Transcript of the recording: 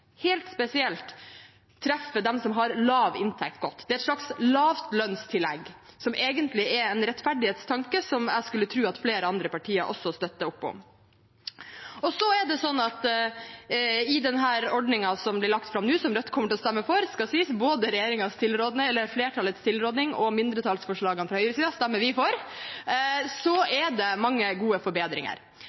treffer dem som har lav inntekt, godt. Det er en slags lavlønnstillegg, som egentlig er en rettferdighetstanke som jeg skulle tro at flere andre partier også støtter opp om. Så er det i denne ordningen, som ble lagt fram nå – og Rødt kommer til å stemme for, det skal sies, både flertallets tilråding og mindretallsforslagene fra høyresiden – mange gode forbedringer, men det er også en gruppe som fortsatt ikke har krav på noe som helst når de mister jobben. Det